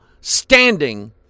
standing